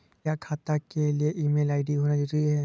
क्या खाता के लिए ईमेल आई.डी होना जरूरी है?